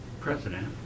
president